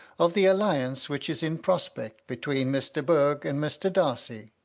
of the alliance which is in prospect between miss de bourg and mr. darcy.